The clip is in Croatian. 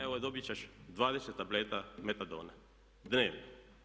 Evo dobit ćeš 20 tableta metadona dnevno.